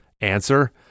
Answer